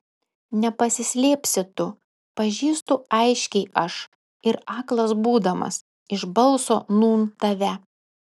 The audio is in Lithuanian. nepasislėpsi tu pažįstu aiškiai aš ir aklas būdamas iš balso nūn tave